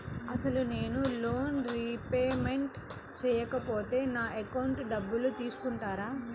అసలు నేనూ loan repayment చేయకపోతే నా అకౌంట్లో డబ్బులు తీసుకుంటారా?